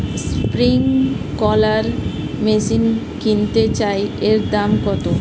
Sprinkler machine কিনতে চাই এর দাম কত?